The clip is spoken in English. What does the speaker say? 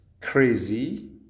crazy